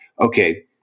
okay